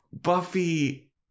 Buffy